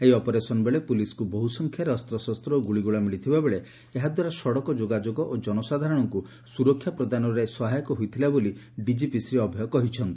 ଏହି ଅପରେସନ୍ବେଳେ ପୁଲିସ୍କୁ ବହୁ ସଂଖ୍ୟାରେ ଅସ୍ଚଶସ୍ସ ଓ ଗୁଳିଗୋଳା ମିଳିଥିବାବେଳେ ଏହାଦ୍ୱାରା ସଡ଼କ ଯୋଗାଯୋଗ ଓ ଜନସାଧାରଣଙ୍କୁ ସୁରକ୍ଷା ପ୍ରଦାନରେ ସହାୟକ ହୋଇଥିଲା ବୋଲି ଡିଜିପି ଶ୍ରୀ ଅଭୟ କହିଛନ୍ତି